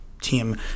team